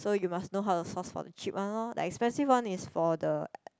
so you must know how to source for the cheap one lor the expensive one is for the